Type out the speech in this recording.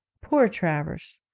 poor travers,